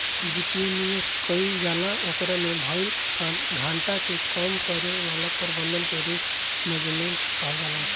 वित्तीय निवेश कईल जाला ओकरा में भईल घाटा के कम करे वाला प्रबंधन के रिस्क मैनजमेंट कहल जाला